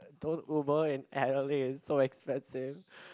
don't Uber in Adelaide it's so expensive